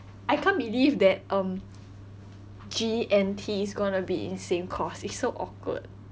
I can't believe that um G and T is going to be in the same course it's so awkward